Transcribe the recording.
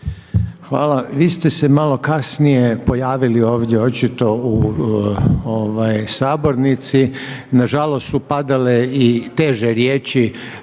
Hvala. Vi ste se malo kasnije pojavili ovdje očito u sabornici, nažalost su padale i teže riječi